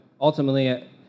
ultimately